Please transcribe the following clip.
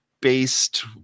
based